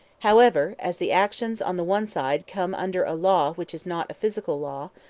however, as the actions on the one side come under a law which is not a physical law,